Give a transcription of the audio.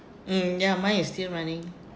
mm ya mine is still running